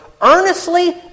earnestly